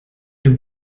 dem